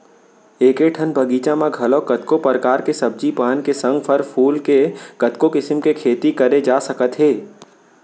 एके ठन बगीचा म घलौ कतको परकार के सब्जी पान के संग फर फूल के कतको किसम के खेती करे जा सकत हे